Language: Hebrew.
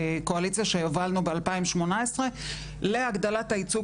קואליציה שהובלנו ב-2018 להגדלת ייצוג